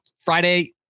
Friday